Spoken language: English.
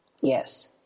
Yes